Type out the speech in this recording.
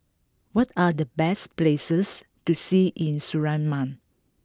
what are the best places to see in Suriname